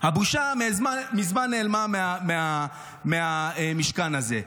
הבושה מזמן נעלמה מהמשכן הזה.